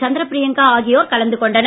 சந்திரபிரியங்கா ஆகியோர் கலந்துகொண்டனர்